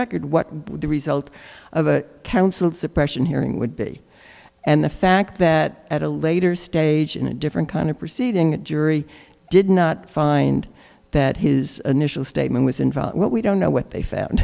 record what the result of a counsel suppression hearing would be and the fact that at a later stage in a different kind of proceeding a jury did not find that his initial statement was involved but we don't know what they found